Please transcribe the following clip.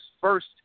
first